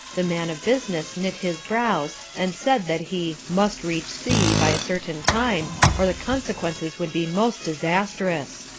the man of business knit his brows and said that he must reach c by a certain time or the consequences would be most disastrous.